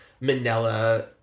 manila